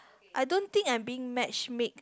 I don't think I'm being matchmake